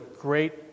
great